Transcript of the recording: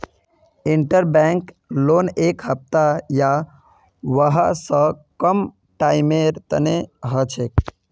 interbank loan एक हफ्ता या वहा स कम टाइमेर तने हछेक